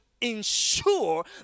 ensure